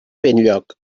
benlloc